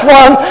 one